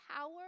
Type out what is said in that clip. power